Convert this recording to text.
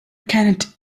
cannot